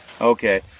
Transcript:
Okay